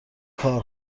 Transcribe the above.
کار